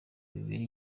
bibiri